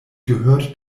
gehört